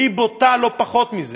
כשהיא בוטה לא פחות מזה?